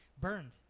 burned